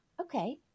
okay